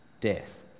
death